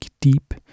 Deep